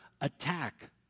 attack